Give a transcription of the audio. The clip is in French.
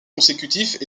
consécutifs